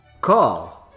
Call